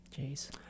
Jeez